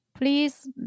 please